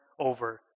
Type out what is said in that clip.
over